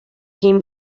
him